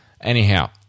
Anyhow